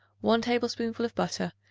one tablespoonful of butter,